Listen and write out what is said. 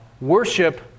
worship